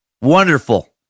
Wonderful